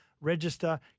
register